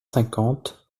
cinquante